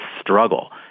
struggle